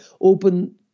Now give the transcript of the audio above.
open